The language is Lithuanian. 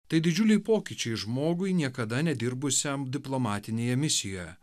tai didžiuliai pokyčiai žmogui niekada nedirbusiam diplomatinėje misijoje